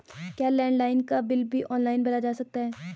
क्या लैंडलाइन का बिल भी ऑनलाइन भरा जा सकता है?